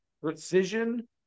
precision